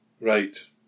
right